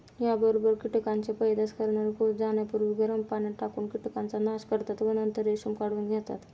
याबरोबर कीटकांचे पैदास करणारे कोष जाण्यापूर्वी गरम पाण्यात टाकून कीटकांचा नाश करतात व नंतर रेशीम काढून घेतात